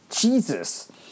Jesus